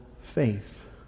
faith